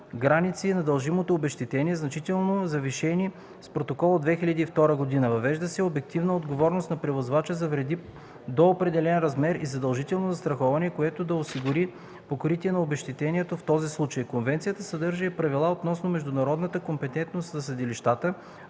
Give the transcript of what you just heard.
граници на дължимото обезщетение, значително завишени с протокола от 2002 г. Въвежда се обективна отговорност на превозвача за вреди до определен размер и задължително застраховане, което да осигури покритие на обезщетението в този случай. Конвенцията съдържа и правила относно международната компетентност на съдилищата,